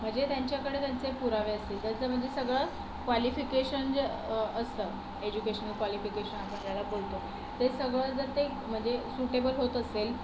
मग जे त्यांच्याकडे त्यांचे पुरावे असतील त्यांचं म्हणजे सगळंच क्वालिफिकेशन जे असतं एज्युकेशनल क्वालिफिकेशन आपण ज्याला बोलतो ते सगळं जर ते म्हणजे सुटेबल होत असेल